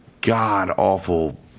god-awful